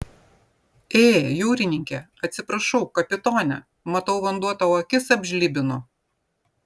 ė jūrininke atsiprašau kapitone matau vanduo tau akis apžlibino